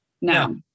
No